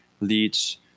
leads